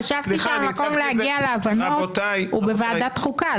חשבתי שהמקום להגיע להבנות הוא בוועדת החוקה.